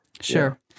Sure